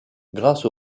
grâce